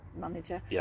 manager